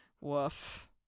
Woof